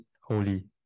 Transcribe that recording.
holy